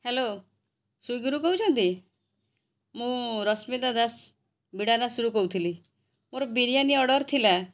hello ସ୍ଵିଗିରୁ କହୁଛନ୍ତି ମୁଁ ରଶ୍ମିତା ଦାସ ବିଡ଼ାନାସୀରୁ କହୁଥିଲି ମୋର ବିରିୟାନି ଅର୍ଡ଼ର ଥିଲା